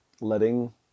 letting